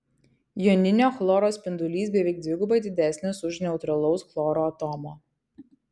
joninio chloro spindulys beveik dvigubai didesnis už neutralaus chloro atomo